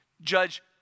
Judge